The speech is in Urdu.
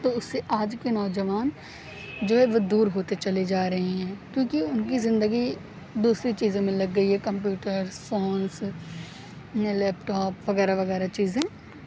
تو اس سے آج کے نوجوان جو ہے وہ دور ہوتے چلے جا رہے ہیں کیونکہ ان کی زندگی دوسری چیزوں میں لگ گئی ہے کمپیوٹرس فونس یا لیپ ٹاپ وغیرہ وغیرہ چیزیں